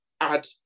add